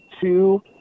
two